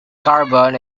carbon